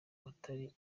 batari